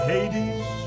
Hades